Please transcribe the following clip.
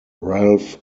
ralph